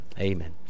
amen